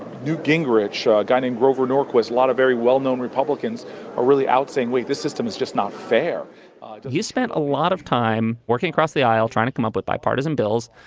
newt gingrich, a guy named grover norquist, a lot of very well-known republicans are really out saying what, this system is just not fair he's spent a lot of time working across the aisle, trying to come up with bipartisan bills.